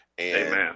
Amen